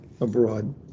abroad